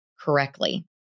correctly